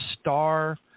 star